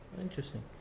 Interesting